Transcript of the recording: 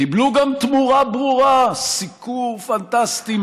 קיבלו גם תמורה ברורה: סיקור פנטסטי,